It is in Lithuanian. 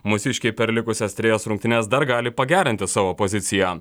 mūsiškiai per likusias trejas rungtynes dar gali pagerinti savo poziciją